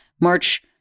March